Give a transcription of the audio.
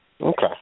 okay